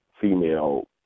female